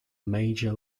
major